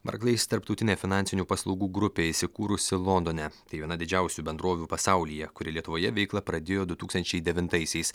barkleis tarptautinė finansinių paslaugų grupė įsikūrusi londone tai viena didžiausių bendrovių pasaulyje kuri lietuvoje veiklą pradėjo du tūkstančiai devintaisiais